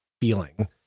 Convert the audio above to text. feeling